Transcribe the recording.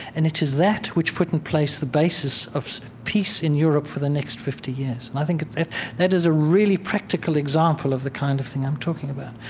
and it is that, which wouldn't place the basis of peace in europe for the next fifty years. and i think that is a really practical example of the kind of thing i'm talking about.